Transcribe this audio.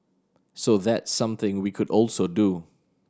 so that's something we could also do